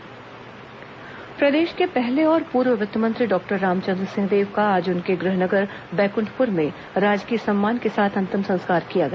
रामचंद्र सिंहदेव अंतिम संस्कार प्रदेश के पहले और पूर्व वित्त मंत्री डॉक्टर रामचंद्र सिंहदेव का आज उनके गृह नगर बैकुंठपुर में राजकीय सम्मान के साथ अंतिम संस्कार किया गया